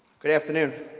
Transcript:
good afternoon.